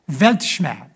Weltschmerz